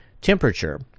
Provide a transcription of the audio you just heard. temperature